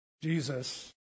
Jesus